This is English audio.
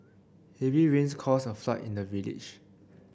heavy rains caused a flood in the village